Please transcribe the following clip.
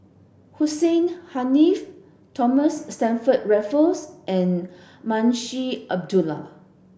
Hussein Haniff Thomas Stamford Raffles and Munshi Abdullah